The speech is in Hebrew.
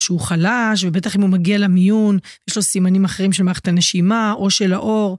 שהוא חלש ובטח אם הוא מגיע למיון יש לו סימנים אחרים של מערכת הנשימה או של העור.